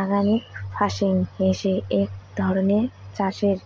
organic farming হসে এক ধরণের চাষের